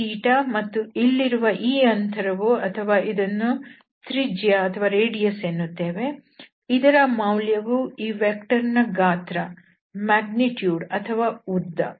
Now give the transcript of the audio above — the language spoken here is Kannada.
ಇದು ಮತ್ತು ಇಲ್ಲಿರುವ ಈ ಅಂತರವು ಅಥವಾ ಅದನ್ನು ತ್ರಿಜ್ಯ ಎನ್ನುತ್ತೇವೆ ಇದರ ಮೌಲ್ಯವು ಈ ವೆಕ್ಟರ್ ನ ಗಾತ್ರ ಅಥವಾ ಉದ್ದ